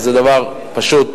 זה דבר פשוט,